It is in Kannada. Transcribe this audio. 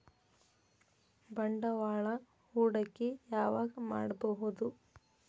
ಬಂಡವಾಳ ಹೂಡಕಿ ಯಾವಾಗ್ ಮಾಡ್ಬಹುದು?